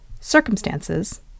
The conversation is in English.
Circumstances